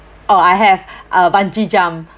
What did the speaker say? oh I have uh bungee jump